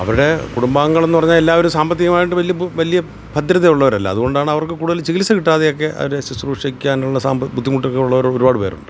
അവരുടെ കുടുംബാംഗങ്ങൾ എന്ന് പറഞ്ഞാൽ എല്ലാവരും സാമ്പത്തികമായിട്ട് വലിയ വലിയ ഭദ്രതയുള്ളവരല്ല അതുകൊണ്ടാണ് അവർക്ക് കൂടുതൽ ചികിത്സ കിട്ടാതെയൊക്കെ അവർ ശുശ്രൂഷിക്കാനുള്ള ബുദ്ധിമുട്ടുകൾ ഉള്ളവർ ഒരുപാട് പേരുണ്ട്